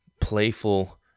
playful